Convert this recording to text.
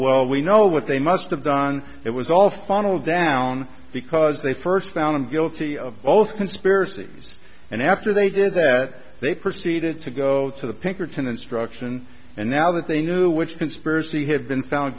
well we know what they must have done it was all funneled down because they first found him guilty of both conspiracies and after they did that they proceeded to go to the pinkerton instruction and now that they knew which conspiracy had been found